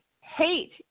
hate